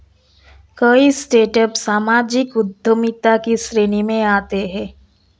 कई स्टार्टअप सामाजिक उद्यमिता की श्रेणी में आते हैं